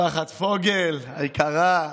משפחת פוגל היקרה,